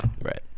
Right